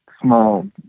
small